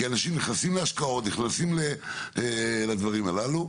כי אנשים נכנסים להשקעות ולדברים הללו.